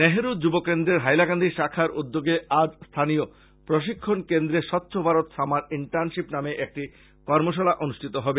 নেহেরু যুব কেন্দ্রের হাইলাকান্দি শাখার উদ্যোগে আজ স্থানীয় প্রশিক্ষা কেন্দ্রে স্বচ্ছ ভরত সামার ইন্টার্নশিপ নামে একটি কর্মশালা অনুষ্ঠিত হবে